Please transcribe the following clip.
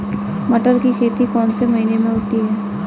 मटर की खेती कौन से महीने में होती है?